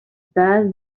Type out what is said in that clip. that